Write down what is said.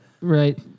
Right